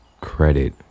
Credit